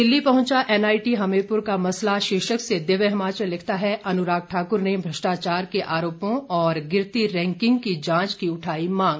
दिल्ली पहुंचा एनआईटी हमीरपुर का मसला शीर्षक से दिव्य हिमाचल लिखता है अनुराग ठाकुर ने भ्रष्टाचार के आरोपों और गिरती रैंकिंग की जांच की उठाई मांग